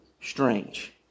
strange